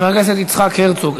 חבר הכנסת יצחק הרצוג,